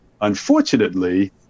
unfortunately